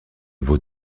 veau